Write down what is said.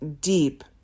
deep